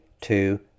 two